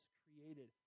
created